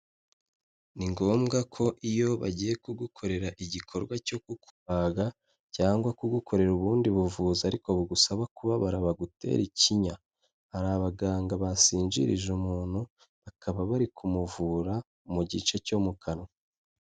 Ni ngombwa ko iyo bagiye kugukorera igikorwa cyo kukuga cyangwa kugukorera ubundi buvuzi ariko bugusaba kubabara bagutera ikinya, hari abaganga basinzirije umuntu, bakaba bari kumuvura mu gice cyo mu kanwa.